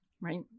right